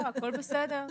הכול בסדר.